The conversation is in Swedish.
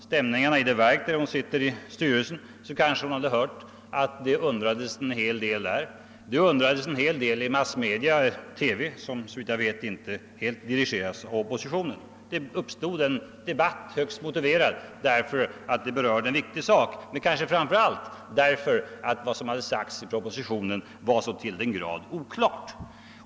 stämningarna i det verk vars styrelse hon tillhör, hade hon kanske hört att det undrades en hel del även där liksom också i massmedia som, såvitt jag vet, inte helt dirigeras av oppositionen. Det uppstod en högst motiverad debatt därför att en viktig sak berördes, men kanske framför allt därför att uttalandet i propositionen var så till den grad oklart.